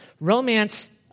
Romance